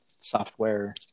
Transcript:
software